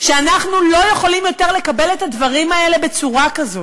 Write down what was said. שאנחנו לא יכולים יותר לקבל את הדברים האלה בצורה כזאת.